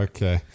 Okay